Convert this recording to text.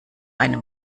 einem